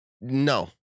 No